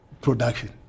production